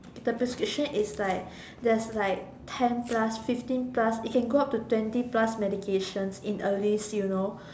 the prescription is like there's like ten plus fifteen plus it can go up to twenty prescriptions in a list you know